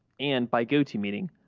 and by gotomeeting.